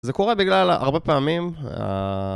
זה קורה בגלל א-הרבה פעמים, א...